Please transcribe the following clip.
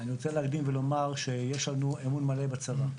אני רוצה להקדים ולומר שיש לנו אמון מלא בצבא.